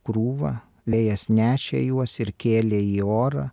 krūvą vėjas nešė juos ir kėlė į orą